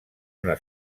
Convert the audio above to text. una